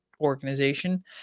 organization